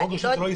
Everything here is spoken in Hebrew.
פה זה לא עסקי.